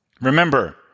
Remember